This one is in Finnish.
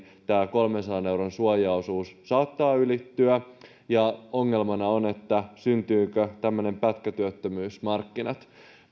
kolmensadan euron suojaosuus saattaa ylittyä ongelmana on syntyykö pätkätyöttömyysmarkkinat